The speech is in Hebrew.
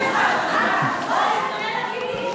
מה את אומרת לי, ?